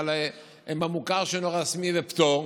אבל הם במוכר שאינו רשמי ובפטור,